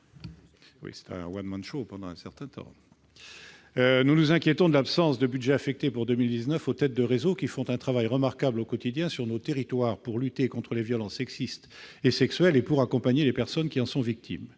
parole est à M. Jean-Louis Tourenne. C'est un ! Nous nous inquiétons de l'absence de budget affecté pour 2019 aux têtes de réseaux, qui font un travail remarquable au quotidien sur nos territoires pour lutter contre les violences sexistes et sexuelles et pour accompagner les personnes qui en sont victimes.